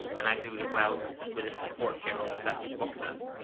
and i do the weld with the support here on the plastic boxes.